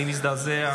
אני מזדעזע,